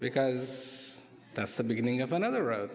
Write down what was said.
because that's the beginning of another road